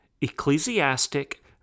ecclesiastic